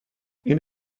این